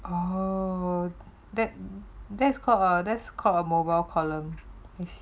oh that that's called ah that's called a mobile column